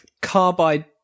Carbide